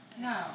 No